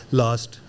last